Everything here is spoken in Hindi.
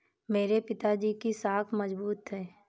मेरे पिताजी की साख मजबूत है